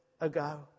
ago